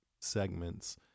segments